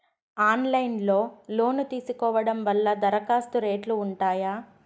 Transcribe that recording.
Online లో loan తీసుకోవడం వల్ల దరఖాస్తు రేట్లు ఉంటాయా?